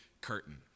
curtain